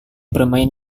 bermain